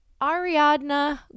Ariadna